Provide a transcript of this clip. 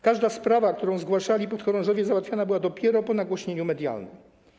Każda sprawa, którą zgłaszali podchorążowie, załatwiana była dopiero po nagłośnieniu medialnym.